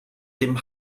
dem